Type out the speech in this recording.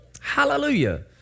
Hallelujah